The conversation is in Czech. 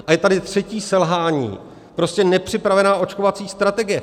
A je tady třetí selhání, prostě nepřipravená očkovací strategie.